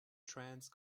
trance